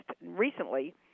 recently